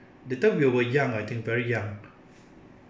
that time we were young I think very young